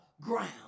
ground